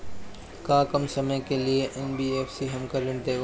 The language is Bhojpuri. का कम समय के लिए एन.बी.एफ.सी हमको ऋण देगा?